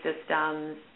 systems